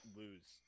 lose